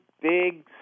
big